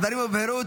הדברים הובהרו.